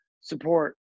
support